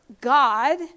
God